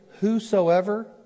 Whosoever